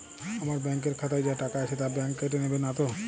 আমার ব্যাঙ্ক এর খাতায় যা টাকা আছে তা বাংক কেটে নেবে নাতো?